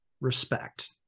respect